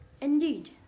Indeed